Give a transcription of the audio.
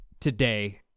today